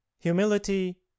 humility